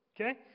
Okay